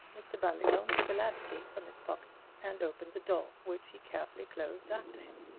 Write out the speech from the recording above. mr. bundercombe took a latchkey from his pocket and opened the door, which he carefully closed after him.